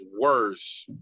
worse